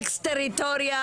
אקס טריטוריה.